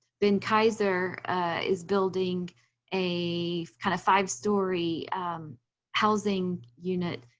ben kaiser is building a kind of five-storey housing unit,